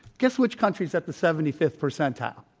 guess which country's at the seventy fifth percentile?